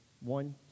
One